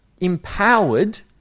empowered